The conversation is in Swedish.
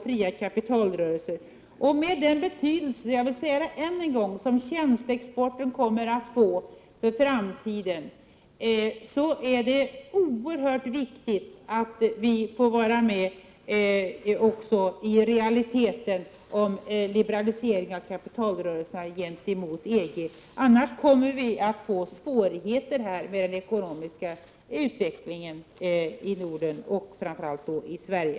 Jag vill än en gång säga att det, med tanke på den betydelse som tjänsteexporten kommer att få i framtiden, är oerhört viktigt att vi får till stånd en reell liberalisering av kapitalrörelserna gentemot EG. I annat fall kommer vi att få svårigheter med den ekonomiska utvecklingen i Norden, framför allt i Sverige.